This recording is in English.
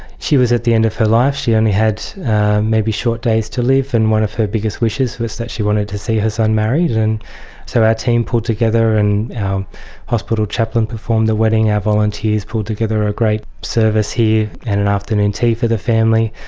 she was at the end of her life, she only had maybe short days to live, and one of her biggest wishes was that she wanted to see her son married. and so our team pulled together and our hospital chaplain performed the wedding, our volunteers pulled together a great service here and an afternoon tea for the family.